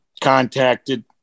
contacted